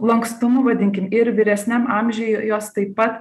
lankstumu vadinkim ir vyresniam amžiuj jos taip pat